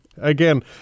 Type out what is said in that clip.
again